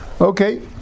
Okay